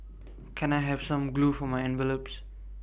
can I have some glue for my envelopes